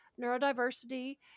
neurodiversity